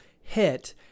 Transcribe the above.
hit